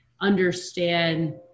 understand